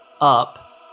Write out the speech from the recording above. up